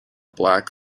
black